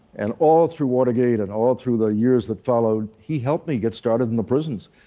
and all through watergate and all through the years that followed, he helped me get started in the prisons.